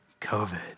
COVID